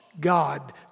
God